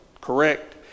correct